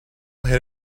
hid